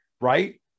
right